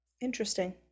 Interesting